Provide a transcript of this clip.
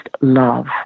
love